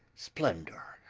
splendour.